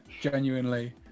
genuinely